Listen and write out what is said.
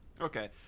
okay